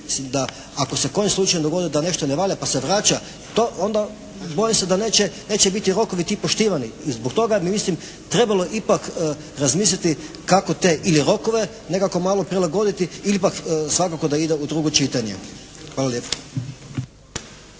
da ako se kojim slučajem dogodi da nešto ne valja, pa se vraća, to onda bojim se da neće biti rokovi ti poštivani. I zbog toga mislim, bi trebalo ipak razmisliti kako te ili rokove nekako malo prilagoditi ili pak svakako da ide u drugo čitanje. Hvala lijepo.